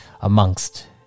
amongst